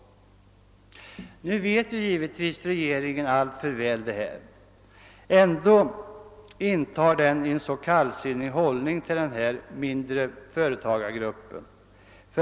Givetvis vet regeringen detta alltför väl. Ändå intar den en så kallsinnig, för att inte säga avvisande, hållning till denna företagargrupp.